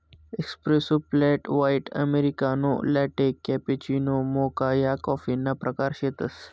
espresso, flat white, americano, latte, cappuccino, mocha या कॉफीना प्रकार शेतसं